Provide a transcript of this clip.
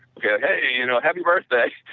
hey, you know, happy birthday,